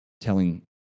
telling